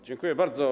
Dziękuję bardzo.